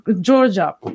Georgia